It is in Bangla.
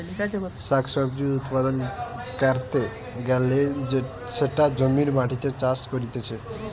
শাক সবজি উৎপাদন ক্যরতে গ্যালে সেটা জমির মাটিতে চাষ করতিছে